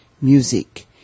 music